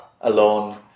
alone